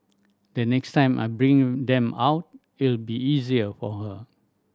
the next time I bring them out it'll be easier to her